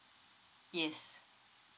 yes